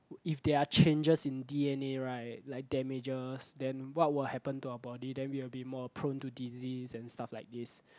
if there are changes in d_n_a right like damages then what will happen to our body then we will be more prone to disease and stuff like this